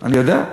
אני יודע,